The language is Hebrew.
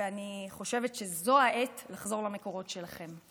ואני חושבת שזו העת לחזור למקורות שלכם.